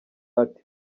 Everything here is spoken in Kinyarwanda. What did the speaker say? ati